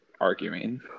arguing